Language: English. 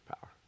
power